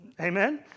Amen